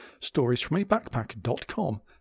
storiesfromabackpack.com